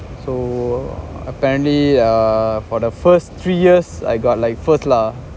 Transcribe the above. so apparently uh for the first three years I got like first lah